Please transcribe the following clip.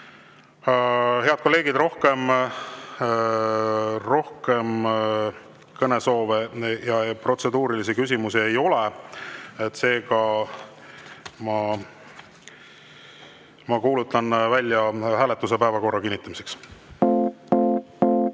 kolleegid, rohkem kõnesoove ja protseduurilisi küsimusi ei ole. Seega ma kuulutan välja hääletuse päevakorra kinnitamiseks. Austatud